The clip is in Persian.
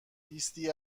لیستی